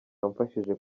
wamfashije